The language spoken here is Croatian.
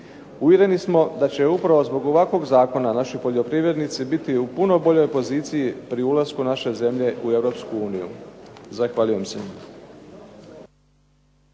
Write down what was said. Uvjereni smo da će upravo zbog ovakvog zakona naši poljoprivrednici biti u puno boljoj poziciji pri ulasku naše zemlje u Europsku uniju. Zahvaljujem se.